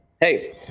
Hey